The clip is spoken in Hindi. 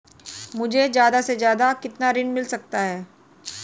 मुझे ज्यादा से ज्यादा कितना ऋण मिल सकता है?